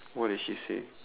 what did she say